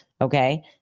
Okay